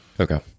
Okay